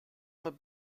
mit